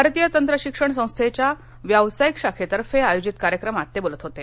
भारतीय तंत्रशिक्षण संस्थेच्या व्यावसायिक शाखेतर्फे आयोजित कार्यक्रमात ते बोलत होते